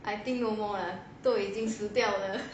I think no more ah 都已经死掉了